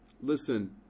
Listen